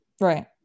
Right